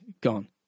gone